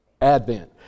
Advent